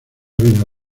vida